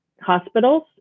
hospitals